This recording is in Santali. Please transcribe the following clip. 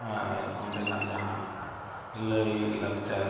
ᱟᱨ ᱚᱸᱰᱮᱱᱟᱜ ᱡᱟᱦᱟᱸ ᱞᱟᱭᱼᱞᱟᱠᱪᱟᱨ